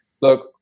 look